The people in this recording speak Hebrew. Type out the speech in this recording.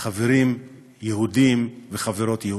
חברים יהודים וחברות יהודיות.